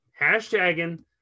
hashtagging